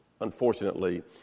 unfortunately